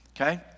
okay